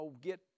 get